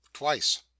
twice